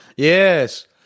Yes